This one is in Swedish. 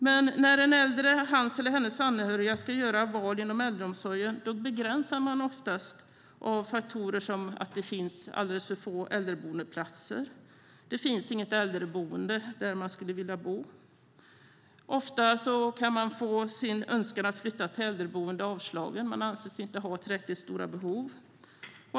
Men när en äldre och dennes anhöriga ska göra val inom äldreomsorgen begränsas de oftast av faktorer som till exempel att det finns alldeles för få äldreboendeplatser eller att det inte finns något äldreboende där de vill bo. Ofta får de sin önskan att flytta till äldreboende avslagen. De anses inte ha tillräckligt stora behov.